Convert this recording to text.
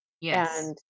Yes